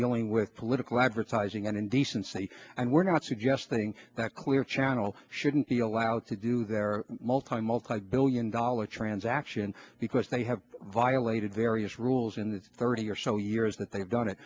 dealing with political advertising and indecency and we're not suggesting that clear channel shouldn't be allowed to do their multilingual type billion dollar transaction because they have violated various rules in the thirty or so years that they've done it